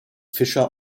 fischer